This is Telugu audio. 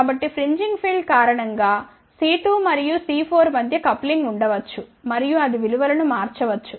కాబట్టిఫ్రింజింగ్ ఫీల్డ్ కారణంగా C2 మరియు C4 మధ్య కప్లింగ్ ఉండవచ్చు మరియు అది విలువలను మార్చవచ్చు